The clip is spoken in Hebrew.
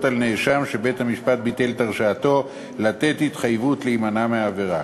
על נאשם שבית-משפט ביטל את הרשעתו לתת התחייבות להימנע מעבירה.